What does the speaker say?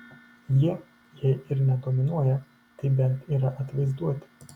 jie jei ir ne dominuoja tai bent yra atvaizduoti